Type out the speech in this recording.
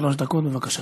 שלוש דקות, בבקשה.